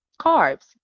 carbs